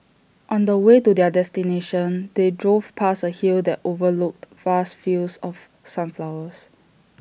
on the way to their destination they drove past A hill that overlooked vast fields of sunflowers